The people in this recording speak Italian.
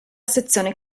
sezione